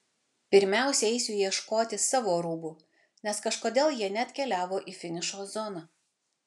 pirmiausia eisiu ieškoti savo rūbų nes kažkodėl jie neatkeliavo į finišo zoną